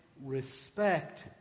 respect